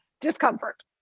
discomfort